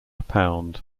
pound